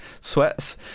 sweats